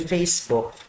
Facebook